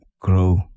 Grow